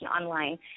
online